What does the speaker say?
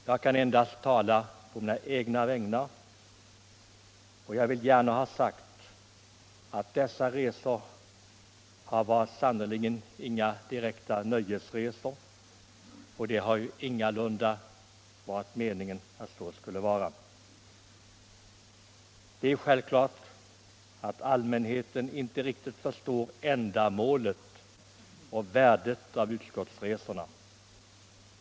Jag kan endast tala å mina egna vägnar, och jag vill gärna ha sagt att dessa resor sannerligen inte varit några direkta nöjesresor, och det har ingalunda varit meningen att så skulle vara fallet. Allmänheten förstår ofta inte riktigt ändamålet med och värdet av utskottsresorna.